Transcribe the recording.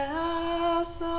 house